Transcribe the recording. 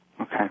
Okay